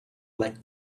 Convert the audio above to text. like